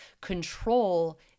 control